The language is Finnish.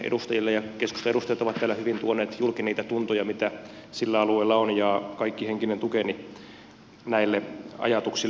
keskustan edustajat ovat täällä hyvin tuoneet julki niitä tuntoja mitä sillä alueella on ja kaikki henkinen tukeni näille ajatuksille